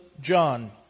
John